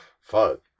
Fuck